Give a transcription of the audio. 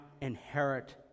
inherit